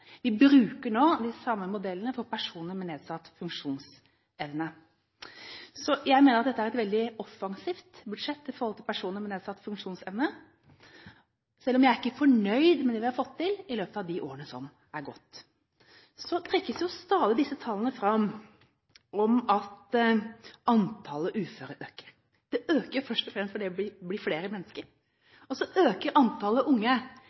Vi bruker nå de samme modellene for personer med nedsatt funksjonsevne. Så jeg mener at dette er et veldig offensivt budsjett i forhold til personer med nedsatt funksjonsevne, selv om jeg ikke er fornøyd med det vi har fått til i løpet av de årene som er gått. Så trekkes stadig disse tallene fram om at antallet uføre øker. Det øker først og fremst fordi vi blir flere mennesker. Og så øker antallet unge